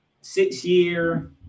six-year